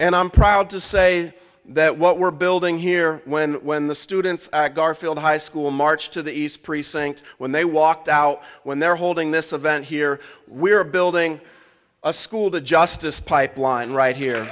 and i'm proud to say that what we're building here when when the students garfield high school marched to the east precinct when they walked out when they're holding this event here we are building a school the justice pipeline right here